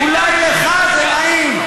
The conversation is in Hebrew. אולי לך זה נעים,